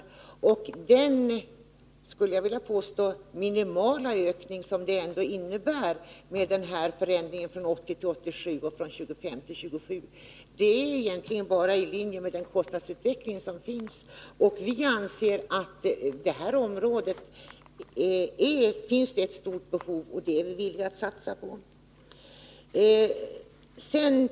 Den minimala — det skulle jag vilja påstå — ökning som förändringen från 80 till 87 och från 25 till 27 innebär ligger egentligen bara i linje med kostnadsutvecklingen. Vi anser att det på det här området finns ett stort behov, och det är vi villiga att satsa på.